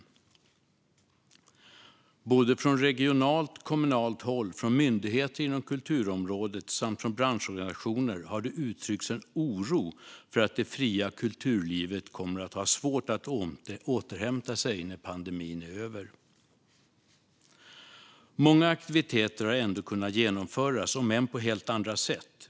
Från både regionalt och kommunalt håll, från myndigheter inom kulturområdet och från branschorganisationer har det uttryckts en oro för att det fria kulturlivet kommer att ha svårt att återhämta sig när pandemin är över. Många aktiviteter har ändå kunnat genomföras, om än på helt andra sätt.